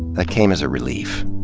that came as a relief.